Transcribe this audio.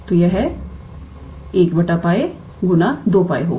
तो यह 1𝜋× 2𝜋 होगा